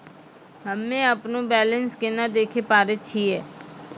हम्मे अपनो बैलेंस केना देखे पारे छियै?